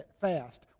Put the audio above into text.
fast